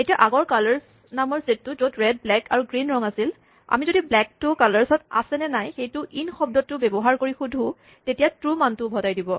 এতিয়া আগৰ কালাৰছ নামৰ ছেটটো য'ত ৰেড ব্লেক আৰু গ্ৰীন ৰং আছিল আমি যদি ব্লেকটো কালাৰছত আছেনে নাই সেইটো ইন শব্দটো ব্যৱহাৰ কৰি সুধো তেতিয়া ট্ৰো মানটো উভটাই দিব